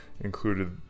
included